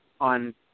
on